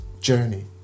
journey